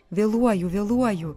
vėluoju vėluoju